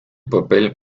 papel